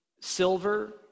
silver